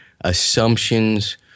assumptions